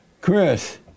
Chris